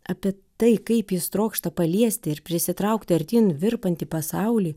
apie tai kaip jis trokšta paliesti ir prisitraukti artyn virpantį pasaulį